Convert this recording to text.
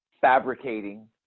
fabricating